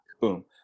boom